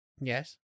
Yes